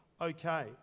okay